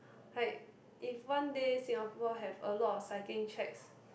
like if one day Singapore have a lot of cycling tracks